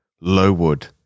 Lowood